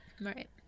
Right